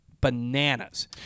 bananas